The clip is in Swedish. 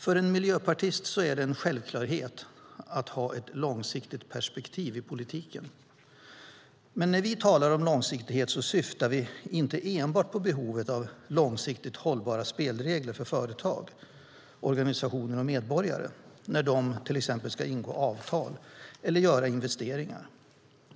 För en miljöpartist är det en självklarhet att ha ett långsiktigt perspektiv i politiken. När vi talar om långsiktighet syftar vi dock inte enbart på behovet av långsiktigt hållbara spelregler för företag, organisationer och medborgare när de till exempel ska ingå avtal eller göra investeringar.